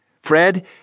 Fred